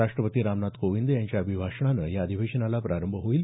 राष्ट्रपती रामनाथ कोविंद यांच्या अभिभाषणानं या अधिवेशनाला प्रारंभ होईल